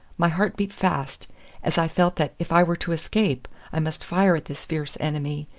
my heart beat fast as i felt that if i were to escape i must fire at this fierce enemy,